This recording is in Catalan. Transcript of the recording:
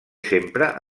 sempre